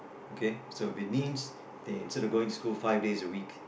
okay so it means that instead of going school five days a week